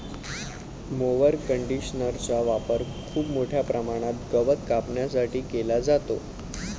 mower कंडिशनरचा वापर खूप मोठ्या प्रमाणात गवत कापण्यासाठी केला जातो